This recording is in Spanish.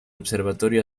observatorio